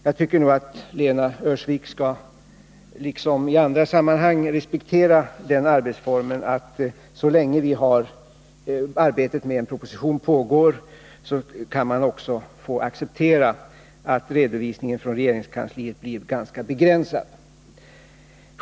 Jag tycker att Lena Öhrsvik här liksom i andra sammanhang skall respektera den arbetsformen att så länge arbetet med en proposition pågår kan man också få acceptera att redovisningen från regeringskansliet blir ganska begränsad.